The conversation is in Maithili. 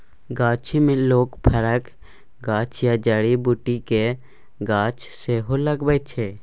गाछी मे लोक फरक गाछ या जड़ी बुटीक गाछ सेहो लगबै छै